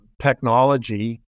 technology